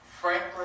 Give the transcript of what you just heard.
Franklin